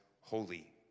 holy